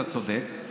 ואתה צודק,